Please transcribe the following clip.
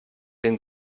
den